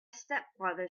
stepfather